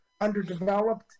underdeveloped